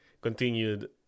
continued